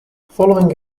following